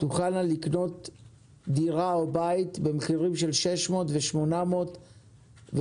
יוכלו לקנות דירה או בית במחירים של 600,000 800,000 שקל,